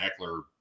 Eckler